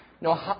no